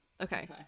Okay